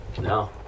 No